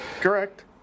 Correct